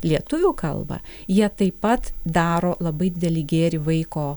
lietuvių kalbą jie taip pat daro labai didelį gėrį vaiko